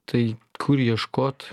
tai kur ieškot